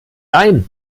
ein